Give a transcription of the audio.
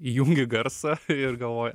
įjungi garsą ir galvoji